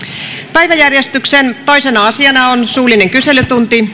päiväjärjestyksen toisena asiana on suullinen kyselytunti